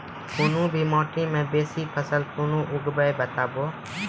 कूनू भी माटि मे बेसी फसल कूना उगैबै, बताबू?